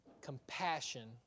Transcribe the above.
compassion